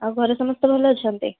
ଆଉ ଘରେ ସମସ୍ତେ ଭଲ ଅଛନ୍ତି